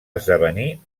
esdevenir